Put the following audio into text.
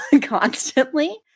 constantly